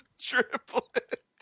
triplet